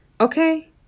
Okay